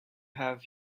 have